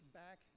back